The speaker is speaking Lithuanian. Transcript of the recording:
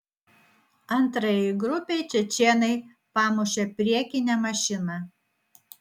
antrajai grupei čečėnai pamušė priekinę mašiną